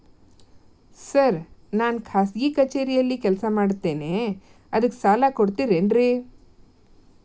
Sir ನಾನು ಖಾಸಗಿ ಕಚೇರಿಯಲ್ಲಿ ಕೆಲಸ ಮಾಡುತ್ತೇನೆ ಅದಕ್ಕೆ ಸಾಲ ಕೊಡ್ತೇರೇನ್ರಿ?